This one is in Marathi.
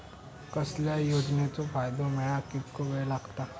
कसल्याय योजनेचो फायदो मेळाक कितको वेळ लागत?